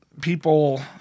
people